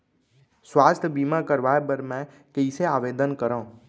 स्वास्थ्य बीमा करवाय बर मैं कइसे आवेदन करव?